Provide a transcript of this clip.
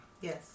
Yes